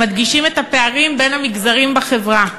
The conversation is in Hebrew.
הם מדגישים את הפערים בין המגזרים בחברה,